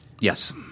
Yes